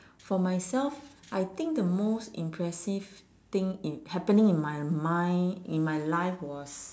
for myself I think the most impressive thing in happening in my mind in my life was